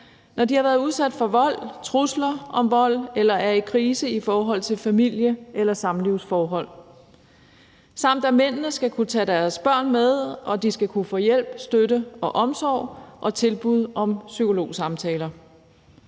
når de har været udsat for vold, trusler om vold eller er i krise i forhold til familie- eller samlivsforhold, samt at mændene skal kunne tage deres børn med og skal kunne få hjælp, støtte og omsorg og tilbud om psykologsamtaler.